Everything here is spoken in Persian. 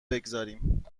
بگذاریم